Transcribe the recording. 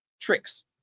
tricks